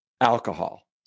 alcohol